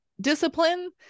discipline